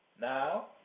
Now